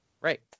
right